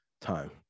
time